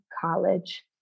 college